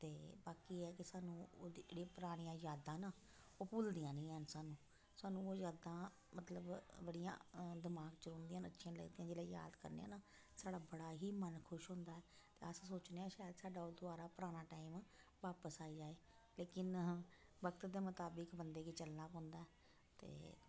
ते बाकी ओह् ऐ कि सानूं ओह् जेह्ड़ियां परानियां यादां नां ओह् भुलदियां नी हैन सानूं सानूं ओह् यादां मतलब बड़ियां दमाग च रौंह्दियां न अच्छियां लगदियां जेल्लै याद करने नां साढ़ा बड़ा ही मन खुश होंदा ऐ ते अस सोचने शायद साढ़ा ओह् दबारा पराना टाइम बापस आई जाए लेकिन वक्त दे मताबक बंदे गी चलना पौंदा ऐ ते